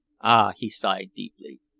ah! he sighed deeply.